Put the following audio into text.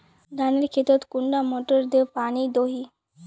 धानेर खेतोत कुंडा मोटर दे पानी दोही?